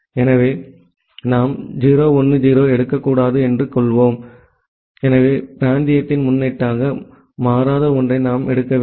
எனவே நாம் 0 1 0 ஐ எடுக்கக்கூடாது எனவே பிராந்தியத்தின் முன்னொட்டாக மாறாத ஒன்றை நாம் எடுக்க வேண்டும்